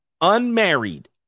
Unmarried